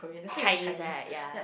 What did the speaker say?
Chinese right yea